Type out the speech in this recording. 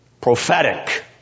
prophetic